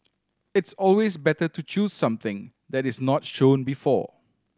it's always better to choose something that is not shown before